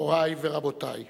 מורי ורבותי,